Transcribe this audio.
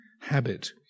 habit